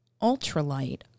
ultralight